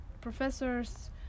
professors